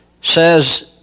says